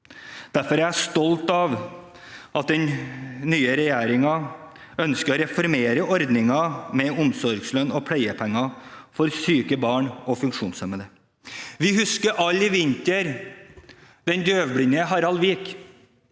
Derfor er jeg stolt av at den nye regjeringen ønsker å reformere ordningen med omsorgslønn og pleiepenger for syke barn og funksjonshemmede. Vi husker alle i vinter den døvblinde Harald Vik